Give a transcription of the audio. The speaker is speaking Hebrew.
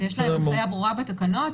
יש לנו הנחייה ברורה בתקנות,